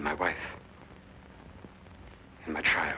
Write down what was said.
my wife and i tr